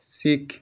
ଶିଖ